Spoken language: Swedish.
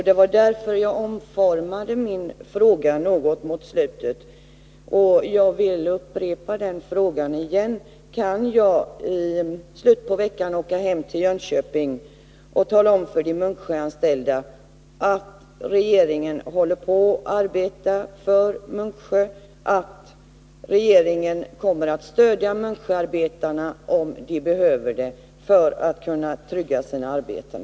Det var därför jag omformade min fråga något mot slutet, och jag vill upprepa den frågan: Kan jag i slutet av veckan åka hem till Jönköping och tala om för de anställda på Munksjö AB att regeringen håller på och arbetar för Munksjö och att regeringen kommer att stödja arbetarna på Munksjö, om de behöver det, för att trygga deras arbeten?